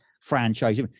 franchise